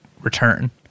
return